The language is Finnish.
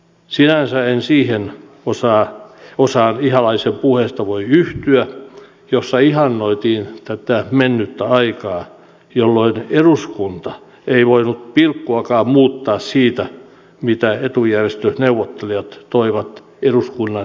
sinänsä en siihen osaan ihalaisen puheesta voi yhtyä jossa ihannoitiin tätä mennyttä aikaa jolloin eduskunta ei voinut pilkkuakaan muuttaa siitä mitä etujärjestöneuvottelijat toivat eduskunnan päätettäväksi